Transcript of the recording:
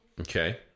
Okay